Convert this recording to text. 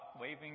waving